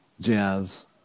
jazz